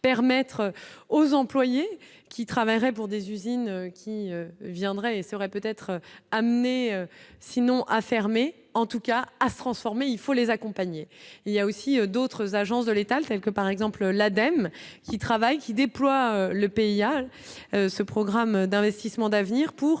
permettre aux employées qui travailleraient pour des usines qui viendraient seraient peut-être amenés sinon à fermer en tout cas à se transformer, il faut les accompagner, il y a aussi d'autres agences de l'État, le fait que, par exemple, la dame qui travaille, qui déploie le pays à ce programme d'investissements d'avenir pour